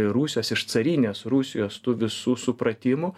rusijos iš carinės rusijos tų visų supratimų